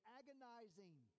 agonizing